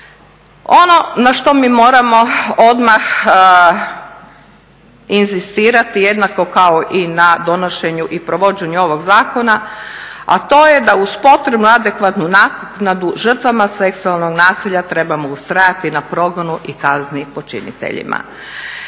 Ono na što mi moramo odmah inzistirati jednako kao i na donošenju i provođenju ovog zakona, a to je da uz potrebnu adekvatnu naknadu žrtvama seksualnog nasilja trebamo ustrajati na progonu i kazni počiniteljima.